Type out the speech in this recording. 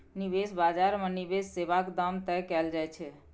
निबेश बजार मे निबेश सेबाक दाम तय कएल जाइ छै